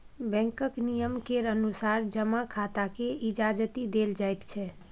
बैंकक नियम केर अनुसार जमा खाताकेँ इजाजति देल जाइत छै